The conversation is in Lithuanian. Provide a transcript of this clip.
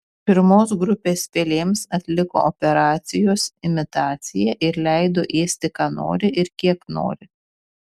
pirmos grupės pelėms atliko operacijos imitaciją ir leido ėsti ką nori ir kiek nori